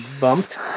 bumped